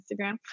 Instagram